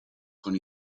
con